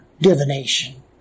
divination